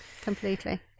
Completely